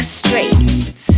straight